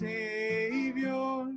Savior